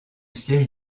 siège